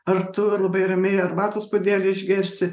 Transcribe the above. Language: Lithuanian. ar tu labai ramiai arbatos puodelį išgersi